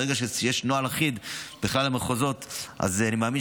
ברגע שיהיה נוהל אחיד למחוזות אז אני מאמין